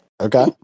Okay